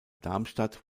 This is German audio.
darmstadt